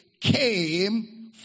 came